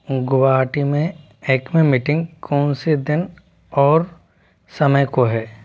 गुवाहाटी में एक्मे मीटिंग कौन से दिन और समय को हैं